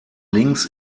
links